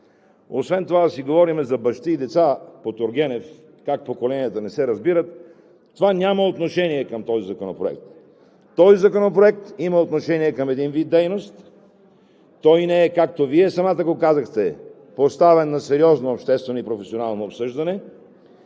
Освен това да си говорим за „Бащи и деца“ по Тургенев как поколенията не се разбират, това няма отношение към този законопроект. Този законопроект има отношение към един вид дейност, той не е, както Вие самата казахте, поставен на сериозно обществено и професионално обсъждане,